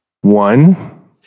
One